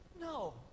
No